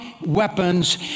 weapons